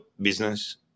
business